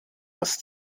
das